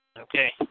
Okay